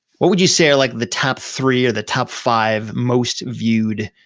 what would you say are like the top three, or the top five, most viewed,